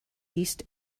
east